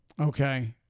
Okay